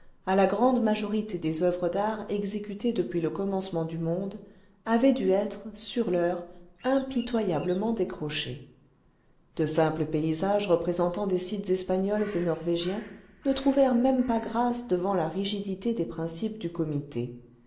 à la grande majorité des oeuvres d'art exécutées depuis le commencement du monde avai dû être sur l'heure impitoyablement décroché de simples paysages représentant des sites espagnols et norvégiens ne trouvèrent même pas grâce devant la rigidité des principes du comité